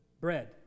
bread